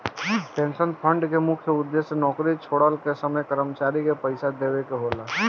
pension fund के मुख्य उद्देश्य नौकरी छोड़ला के समय कर्मचारी के पइसा देवेके होला